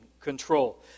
control